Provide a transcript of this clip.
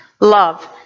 love